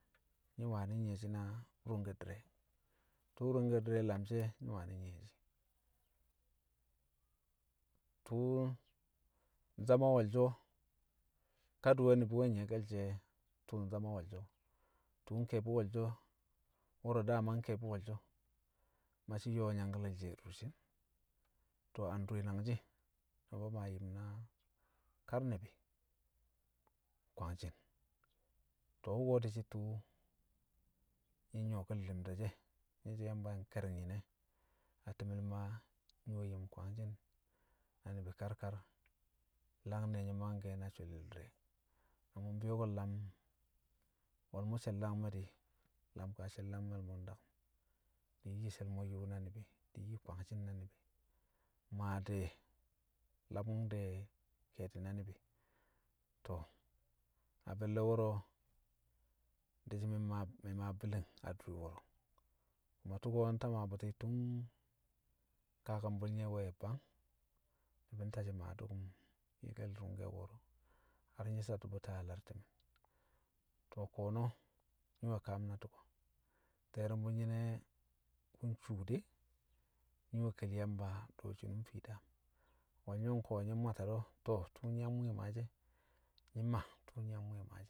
nyi̱ wani̱ nyi̱ye̱shi̱ na rṵngke̱ di̱re̱, tṵṵ ru̱ngke̱ di̱re̱ lamshi̱ e̱ nyi̱ wani̱ nyi̱ye̱shi̱, tṵṵ nzama wo̱lsho̱ kadi̱we̱ ni̱bi̱ we̱ nyi̱ye̱ke̱l she̱ tṵṵ nzama wo̱lsho̱. Tṵṵ nke̱e̱bi̱ wo̱lsho̱ wo̱ro̱ dama nke̱e̱bi̱ wo̱lsho̱, maa shi yo̱o̱ nyangkale̱ she̱ a durshin. To̱ a ndure nangshi̱ Nṵba Maa yim na kar ni̱bi̱ kwangshi̱n. To̱ wṵko̱ di̱shi̱ tṵṵ nyi̱ nyuwoke̱l li̱mda she̱ nyi̱ so̱ Yamba kẹri̱ng nyi̱ne̱ a ti̱me̱l Maa nyi̱ we̱ yim kwangshi̱n na ni̱bi̱ kar kar, langne̱ nye̱ mangke̱ na sholil di̱rẹ. Na mṵ mbi̱yo̱ko̱ mlam wo̱lmo̱ she̱l- dangme̱ di̱, lam ka she̱l- dangme̱l mo̱ ndakṵm, di̱ nyi she̱l mo̱ yṵṵ na ni̱bi̱, di̱ nyi kwangshi̱n na ni̱bi̱, maa de̱, labṵng de̱ ke̱e̱di̱ na ni̱bi̱. To̱, a be̱lle̱ wo̱ro̱ di̱shi̱ mi̱ maa mi̱ maa bi̱li̱n adure wo̱ro̱. Amma tṵko̱ nta maa bṵti̱ tun kakambṵl nye̱ we̱ bang, ni̱bi̱ ntacci̱ maa dṵkṵm nyi̱kke̱l ru̱ngke̱ ko̱ro̱, har nyi̱ satto̱ bṵti̱ a lar ti̱me̱. To̱ ko̱no̱ nyi̱ we̱ kaam na tu̱ko̱. Ti̱ye̱rṵmbṵ nyi̱ne̱ wṵ nshuu de̱, nyi̱ we̱ kel Yamba du̱wo̱ shiinum fii daam, wo̱lyo̱ng ko̱ nyi̱ mmwata do̱, to̱ tṵṵ nyi̱ yang mwi̱i̱ maashi̱ e̱ nyi̱ maa, tu̱u̱ nyi̱ yang mwi̱i̱ maa